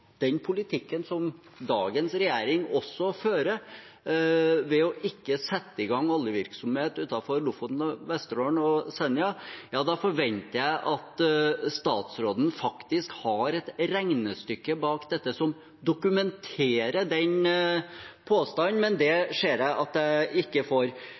den politikken som dagens regjering også fører ved ikke å sette i gang oljevirksomhet utenfor Lofoten, Vesterålen og Senja, da forventer jeg at statsråden faktisk har et regnestykke bak dette, som dokumenterer den påstanden. Men det ser jeg at jeg ikke får.